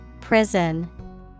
Prison